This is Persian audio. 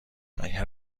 اگه